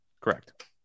Correct